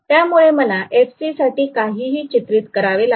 त्यामुळे मला FC साठी काहीही चित्रित करावे लागणार नाही